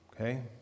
okay